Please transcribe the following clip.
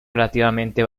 relativamente